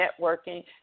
networking